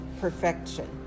perfection